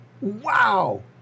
wow